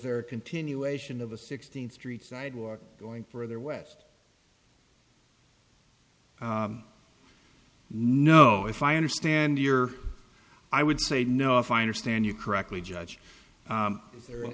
there a continuation of a sixteenth street sidewalk going further west no if i understand your i would say no if i understand you correctly judge if the